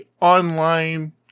online